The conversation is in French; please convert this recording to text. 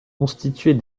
constitués